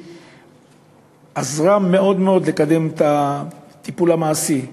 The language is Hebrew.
והיא עזרה מאוד מאוד לקדם את הטיפול המעשי.